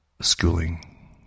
schooling